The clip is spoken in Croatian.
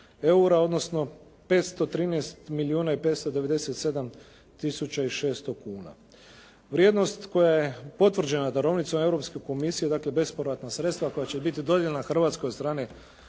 odnosno 513 milijuna i 597 tisuća i 600 kuna. Vrijednost koja je potvrđena darovnicom Europske komisije dakle bespovratna sredstva koja će biti dodijeljena Hrvatskoj od strane